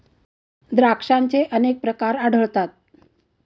द्राक्षांचे अनेक प्रकार आढळतात